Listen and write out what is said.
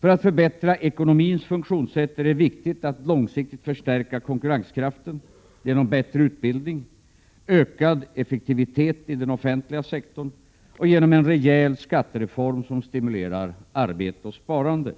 För att förbättra ekonomins funktionssätt är det viktigt att långsiktigt förstärka konkurrenskraften genom bättre utbildning, ökad effektivitet i den offentliga sektorn och genom en rejäl skattereform, som stimulerar arbete och sparande